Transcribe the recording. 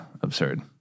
Absurd